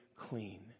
clean